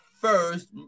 first